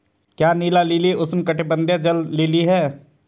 क्या नीला लिली उष्णकटिबंधीय जल लिली है?